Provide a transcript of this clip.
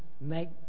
make